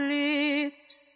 lips